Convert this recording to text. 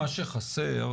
מה שחסר,